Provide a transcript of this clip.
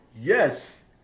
yes